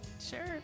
Sure